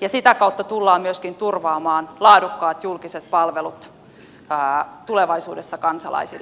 ja sitä kautta tullaan myöskin turvaamaan laadukkaat julkiset palvelut tulevaisuudessa kansalaisille